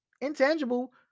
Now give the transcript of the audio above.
intangible